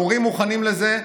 המורים מוכנים לזה.